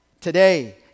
Today